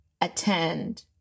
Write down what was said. attend